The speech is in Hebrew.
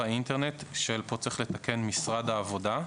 האינטרנט של; כאן צריך לתקן משרד העבודה,